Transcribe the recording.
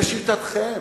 לשיטתכם,